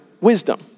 wisdom